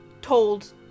told